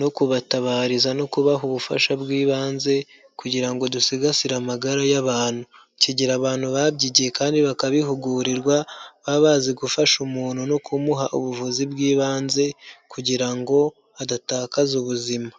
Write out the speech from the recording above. no kubatabariza no kubaha ubufasha bw'ibanze kugira ngo dusigasire amagara y'abantu. Kigira abantu babyigiye kandi bakabihugurirwa, baba bazi gufasha umuntu no kumuha ubuvuzi bw'ibanze kugira ngo adatakaza ubuzima.